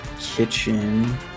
kitchen